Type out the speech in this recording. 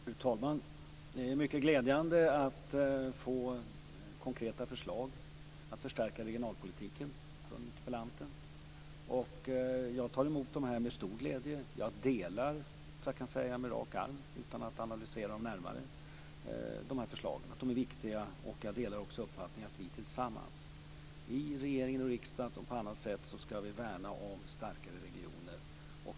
Fru talman! Det är mycket glädjande att få konkreta förslag för att förstärka regionalpolitiken från interpellanten. Jag tar emot dem med stor glädje. Jag delar, tror jag att jag kan säga på rak arm utan att analysera dem närmare, uppfattningen att förslagen är viktiga. Jag delar också uppfattningen att vi tillsammans i regering och riksdag och på andra sätt skall värna om behovet av starkare regioner.